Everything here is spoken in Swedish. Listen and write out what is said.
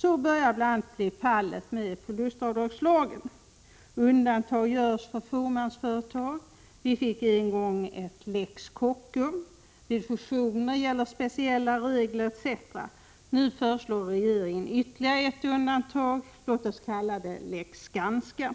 Så börjar bl.a. bli fallet med förlustavdragslagen. Undantag görs för fåmansföretag. Vi fick en gång en lex Kockum. Vid fusioner gäller speciella regler etc. Nu föreslår regeringen ytterligare ett undantag, låt oss kalla det lex Skanska.